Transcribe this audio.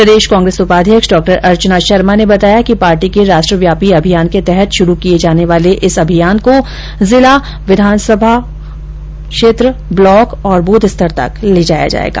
प्रदेश कांग्रेस उपाध्यक्ष डॉ अर्चना शर्मा ने बताया कि पार्टी के राष्ट्रव्यापी अभियान के तहत शुरु किये जाने वाले इस अभियान को जिला विधानसभा क्षेत्र ब्लॉक और बूथ स्तर तक ले जाया जायेगा